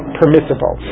permissible